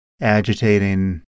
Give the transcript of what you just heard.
agitating